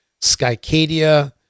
skycadia